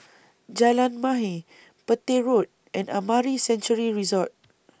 Jalan Mahir Petir Road and Amara Sanctuary Resort